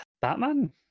batman